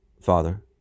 Father